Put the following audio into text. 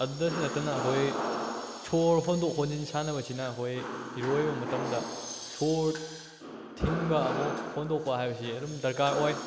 ꯑꯗꯨꯗꯁꯨ ꯅꯠꯇꯅ ꯑꯩꯈꯣꯏ ꯁꯣꯔ ꯍꯣꯟꯗꯣꯛ ꯍꯣꯟꯖꯤꯟ ꯁꯥꯟꯅꯕꯁꯤꯅ ꯑꯩꯈꯣꯏ ꯏꯔꯣꯏꯕ ꯃꯇꯝꯗ ꯁꯣꯔ ꯊꯤꯡꯕ ꯑꯃꯨꯛ ꯍꯣꯟꯗꯣꯛꯄ ꯍꯥꯏꯕꯁꯤ ꯑꯗꯨꯝ ꯗꯔꯀꯥꯔ ꯑꯣꯏ